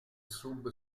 sub